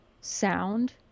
sound